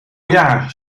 jaar